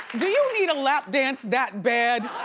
do you need a lap dance that bad?